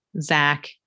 Zach